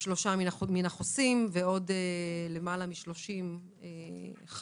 שם שלושה מהחוסים ועוד למעלה מ-30 חלו.